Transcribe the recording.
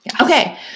Okay